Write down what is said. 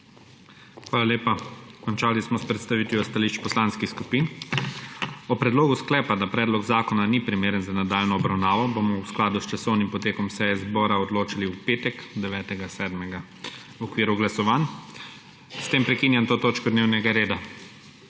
Hvala lepa. Končali smo s predstavitvijo stališč poslanskih skupin. O predlogu sklepa, da predlog zakona ni primeren za nadaljnjo obravnavo, bomo v skladu s časovnim potekom seje zbora odločili v petek, 9. 7., v okviru glasovanj. S tem prekinjam to točko dnevnega reda.